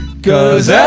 Cause